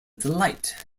delight